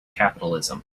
capitalism